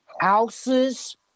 houses